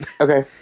Okay